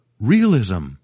Realism